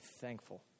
thankful